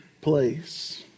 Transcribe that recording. place